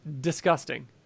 Disgusting